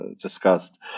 discussed